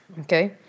okay